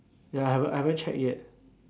ya I haven't I haven't check yet